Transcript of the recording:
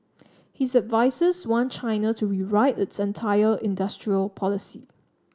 his advisers want China to rewrite its entire industrial policy